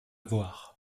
voir